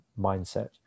mindset